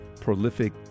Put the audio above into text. prolific